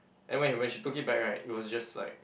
and when when she took it back right it was just like